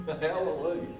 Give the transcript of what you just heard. Hallelujah